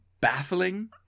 baffling